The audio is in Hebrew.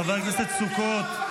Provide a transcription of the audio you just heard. חבר הכנסת סוכות,